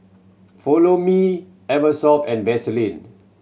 Follow Me Eversoft and Vaseline